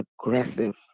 aggressive